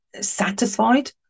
satisfied